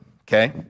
okay